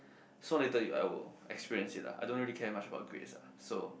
so later I will experienced it ah I don't really care much about grades ah so